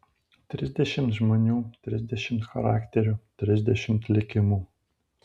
trisdešimt žmonių trisdešimt charakterių trisdešimt likimų